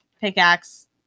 pickaxe